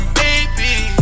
baby